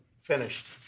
finished